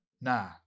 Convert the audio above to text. Nah